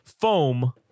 Foam